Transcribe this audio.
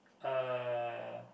uh